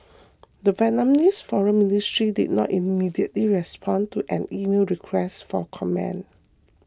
the Vietnamese foreign ministry did not immediately respond to an emailed request for comment